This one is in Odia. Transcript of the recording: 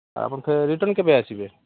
ଆପଣ କେବେ ରିଟର୍ଣ୍ଣ୍ କେବେ ଆସିବେ